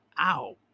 Ow